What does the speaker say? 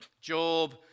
Job